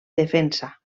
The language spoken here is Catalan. defensa